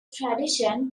tradition